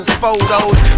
photos